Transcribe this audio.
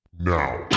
now